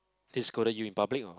they scolded you in public or